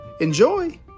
Enjoy